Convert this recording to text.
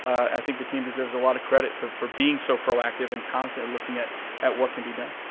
i think the team deserves a lot of credit for for being so proactive and constantly looking at at what can be done.